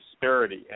disparity